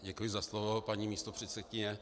Děkuji za slovo, paní místopředsedkyně.